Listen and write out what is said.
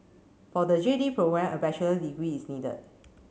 for the J D program a bachelor degree is needed